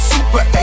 Super